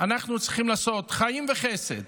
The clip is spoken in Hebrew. אנחנו צריכים לעשות חיים וחסד.